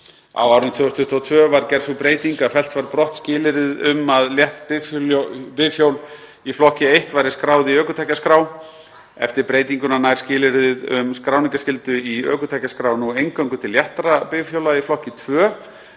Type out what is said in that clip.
Á árinu 2022 var gerð sú breyting að fellt var brott skilyrðið um að létt bifhjól í flokki I væru skráð í ökutækjaskrá. Eftir breytinguna nær skilyrðið um skráningarskyldu í ökutækjaskrá nú eingöngu til léttra bifhjóla í flokki II.